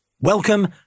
Welcome